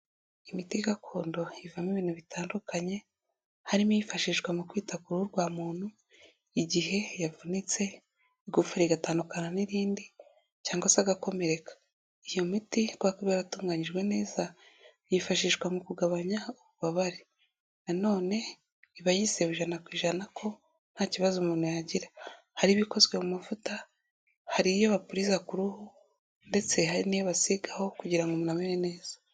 Imiti gakondo ivamo ibintu bitandukanye, harimo iyifashishwa mu kwita ku ruhu rwa muntu igihe yavunitse igufwa rigatandukana n'irindi cyangwa se agakomereka, iyo miti kubera ko iba yaratunganyijwe neza yifashishwa mu kugabanya ububabare, nanone iba yizewe ijana ku ijana ko nta kibazo umuntu yagira, hari iba ikozwe mu mavuta, hari iyo bapuririza ku ruhu ndetse hari n'iyo basigaho kugira ngo umuntu amere neza.